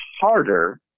harder